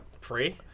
Free